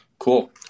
Cool